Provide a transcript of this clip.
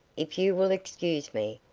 if you will excuse me,